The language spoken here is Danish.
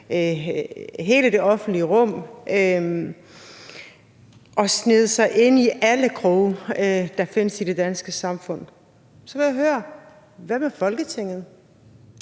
hele det offentlige rum og sneget sig ind i alle kroge, der findes i det danske samfund. Så vil jeg høre: Hvad med Folketinget?